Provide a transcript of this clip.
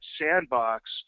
sandbox